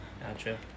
Gotcha